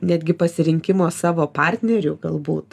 netgi pasirinkimo savo partneriu galbūt